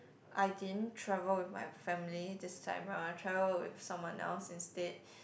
I didn't travel with my family this time round I travel with someone else instead